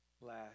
last